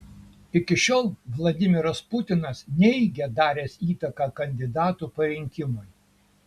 iki šiol vladimiras putinas neigia daręs įtaką kandidatų parinkimui